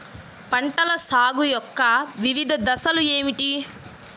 పంటల సాగు యొక్క వివిధ దశలు ఏమిటి?